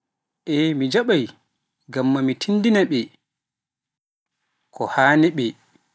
E mi jaɓai ngam mi tindinaɓe ko wakkaanoto.